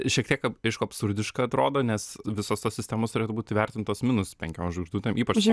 šiek tiek ab aišku absurdiška atrodo nes visos tos sistemos turėtų būt įvertintos minus penkiom žvaigždutėm ypač